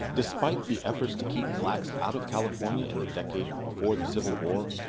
despite the efforts to keep blacks out of california in the decade before the civil war,